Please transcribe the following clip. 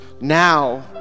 Now